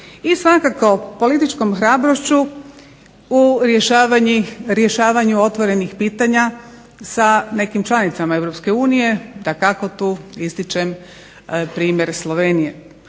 I svakako političkom hrabrošću u rješavanju otvorenih pitanja sa članicama europske unije, dakako tu ističem primjer Slovenije.